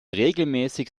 regelmäßig